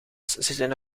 zitten